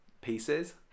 pieces